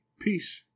Peace